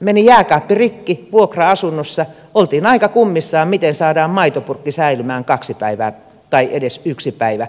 meni jääkaappi rikki vuokra asunnossa oltiin aika kummissaan miten saadaan maitopurkki säilymään kaksi päivää tai edes yhden päivän kesällä